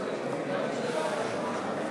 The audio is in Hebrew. לא נתקבלה.